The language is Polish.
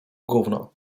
gówno